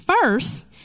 First